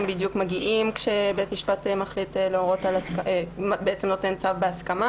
בדיוק מגיעים כשבית משפט נותן צו בהסכמה.